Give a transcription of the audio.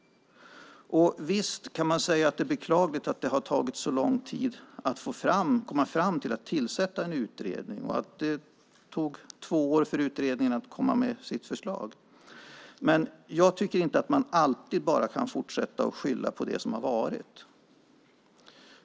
Visst kan man säga att det är beklagligt att det har tagit så lång tid att komma fram till att tillsätta en utredning och att det tog två år för utredningen att komma med sitt förslag, men jag tycker inte att man alltid bara kan fortsätta att skylla på det som har varit.